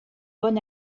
bon